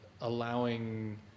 allowing